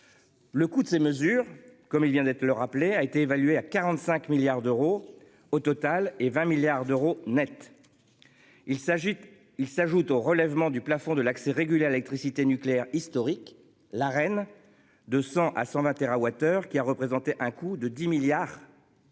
Le coût de ces mesures comme il vient d'être le rappeler a été évalué à 45 milliards d'euros au total et 20 milliards d'euros Net. Il s'agite. Il s'ajoute au relèvement du plafond de l'accès régulé à l'électricité nucléaire historique. La reine de 100 à 120 TWh, qui a représenté un coût de 10 milliards.-- Pour